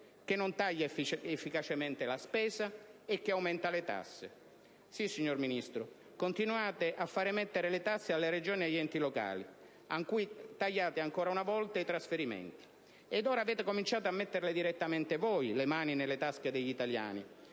che non taglia efficacemente la spesa e che aumenta le tasse. Sì, signor Ministro, continuate a far mettere le tasse alle Regioni e agli enti locali, a cui tagliate ancora una volta i trasferimenti. Ed ora avete cominciato a metterle direttamente voi, le mani nelle tasche degli italiani,